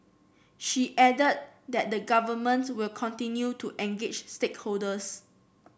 she added that the Government will continue to engage stakeholders